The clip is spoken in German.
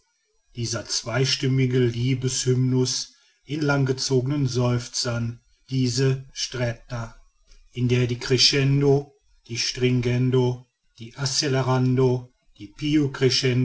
dieser zweistimmige liebeshymnus in langgezogenen seufzern diese stretta in der die crescendo die stringendo die accelerando die